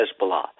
Hezbollah